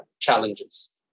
challenges